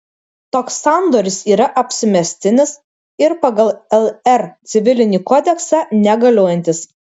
toks sandoris yra apsimestinis ir pagal lr civilinį kodeksą negaliojantis